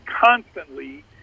constantly